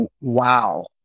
wow